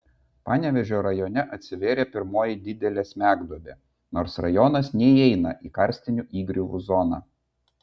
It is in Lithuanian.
panevėžio rajone atsivėrė pirmoji didelė smegduobė nors rajonas neįeina į karstinių įgriuvų zoną